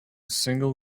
single